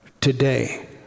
today